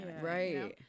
Right